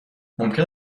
ممکن